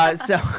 ah so,